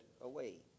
away